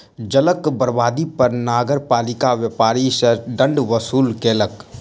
जलक बर्बादी पर नगरपालिका व्यापारी सॅ दंड वसूल केलक